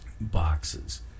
boxes